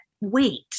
wait